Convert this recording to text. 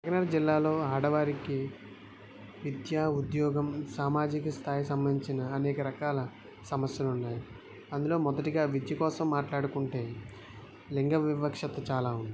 కాకినాడ జిల్లాలో ఆడవారికి విద్య ఉద్యోగం సామాజిక స్థాయికి సంబంధించిన అనేకరకాల సమస్యలున్నాయి అందులో మొదటగా విద్య కోసం మాట్లాడుకుంటే లింగ వివక్షత చాలా ఉంది